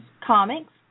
Comics